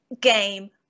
game